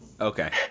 Okay